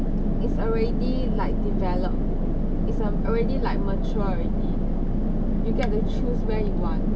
it's already like developed it's al~ already like mature already you get to choose where you want